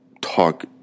talk